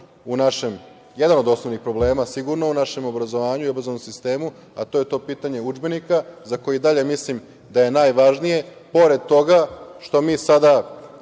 problem, jedan od osnovnih problema sigurno u našem obrazovanju i obrazovnom sistemu, a to je to pitanje udžbenika za koje i dalje mislim da je najvažnije. Pored toga što mi sada